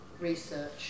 research